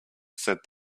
said